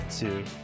two